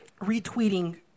retweeting